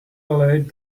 aloud